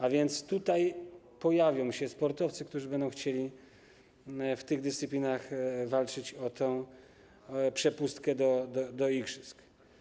A więc tutaj pojawią się sportowcy, którzy będą chcieli w tych dyscyplinach walczyć o tę przepustkę do igrzysk.